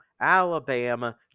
Alabama